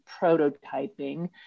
prototyping